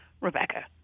Rebecca